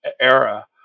era